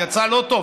יצאה לא טוב,